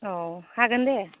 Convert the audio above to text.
अ हागोन दे